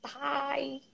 Bye